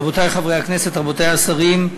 רבותי חברי הכנסת, רבותי השרים,